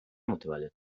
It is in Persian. متولد